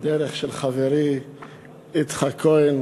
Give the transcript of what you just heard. דרך של חברי יצחק כהן.